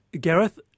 Gareth